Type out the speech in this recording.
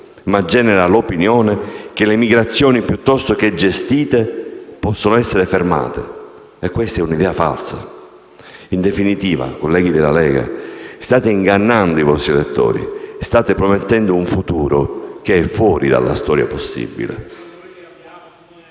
ma anche l'opinione che le migrazioni piuttosto che gestite possano essere fermate. E questa è un'idea falsa. In definitiva, colleghi della Lega, state ingannando i vostri elettori. State promettendo un futuro che è fuori dalla storia possibile.